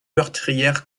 meurtrière